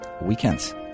weekends